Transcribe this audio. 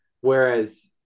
Whereas